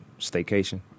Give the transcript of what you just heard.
Staycation